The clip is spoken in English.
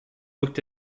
looked